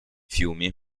fiumi